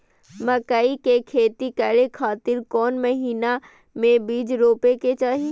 मकई के खेती करें खातिर कौन महीना में बीज रोपे के चाही?